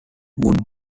would